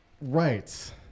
Right